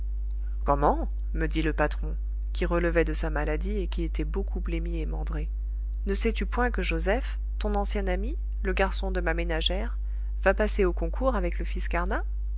comment me dit le patron qui relevait de sa maladie et qui était beaucoup blêmi et mandré ne sais-tu point que joseph ton ancien ami le garçon de ma ménagère va passer au concours avec le fils carnat